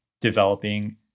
developing